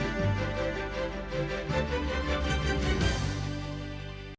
Дякую.